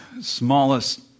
smallest